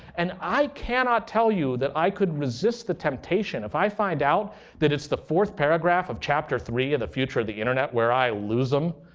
and i cannot tell you that i could resist the temptation if i find out that it's the fourth paragraph of chapter three of the future of the internet where i lose them,